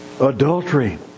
Adultery